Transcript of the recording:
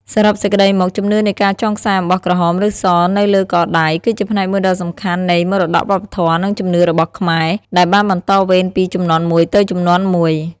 សរុបសេចក្ដីមក ជំនឿនៃការចងខ្សែអំបោះក្រហម ឬស នៅលើកដៃ គឺជាផ្នែកមួយដ៏សំខាន់នៃ មរតកវប្បធម៌ និងជំនឿរបស់ខ្មែរ ដែលបានបន្តវេនពីជំនាន់មួយទៅជំនាន់មួយ។